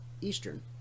Eastern